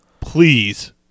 Please